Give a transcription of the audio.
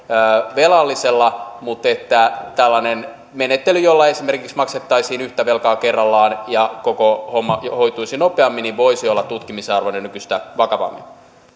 velallisella mutta tällainen menettely jolla esimerkiksi maksettaisiin yhtä velkaa kerrallaan ja koko homma hoituisi nopeammin voisi olla tutkimisen arvoinen nykyistä vakavammin